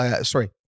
sorry